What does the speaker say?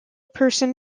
person